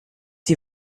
die